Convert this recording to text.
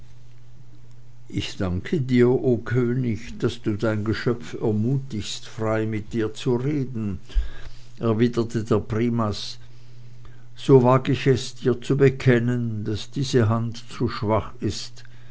ich danke dir o könig daß du dein geschöpf ermutigst frei mit dir zu reden erwiderte der primas so wag ich es dir zu bekennen daß diese hand zu schwach ist